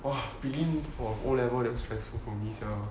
!wah! prelim for O level than stressful for me sia